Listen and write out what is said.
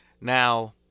Now